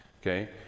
okay